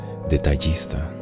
detallista